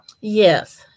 Yes